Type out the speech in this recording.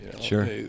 sure